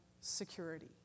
security